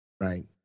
right